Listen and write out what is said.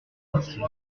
ancienne